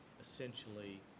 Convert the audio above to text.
essentially